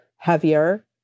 heavier